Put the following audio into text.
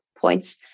points